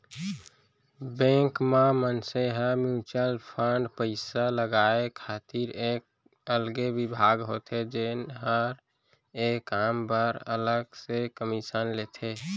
bank म मनसे ह म्युचुअल फंड पइसा लगाय खातिर एक अलगे बिभाग होथे जेन हर ए काम बर अलग से कमीसन लेथे